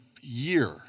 year